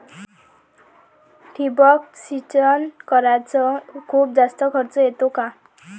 ठिबक सिंचन कराच खूप जास्त खर्च येतो का?